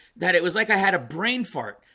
that it was like i had a brain fart,